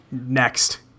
next